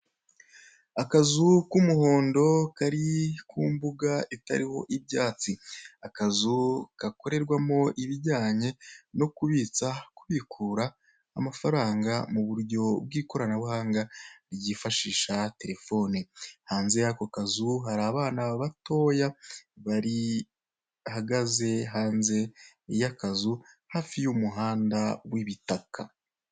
Akazu k'umuhondo kari ku mbuga itariho ibyatsi, akazu gakorerwamo ibijyanye no kubitsa, kubukura amafaranga mu buryo bw'ikoranabuhanga ryifashisha telefone, hanze y'ako kazu, hari abana batoya bahagaze hanze y'akazu hafi y'umuhanda w'ibitaka.